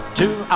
two